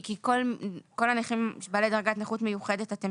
כי כל הנכים בעלי דרגת נכות מיוחדת אתם